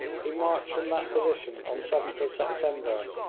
he marched from that position on seventh september,